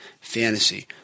fantasy